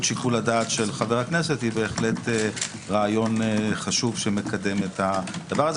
שיקול הדעת של חבר הכנסת היא בהחלט רעיון חשוב שמקדם את זה,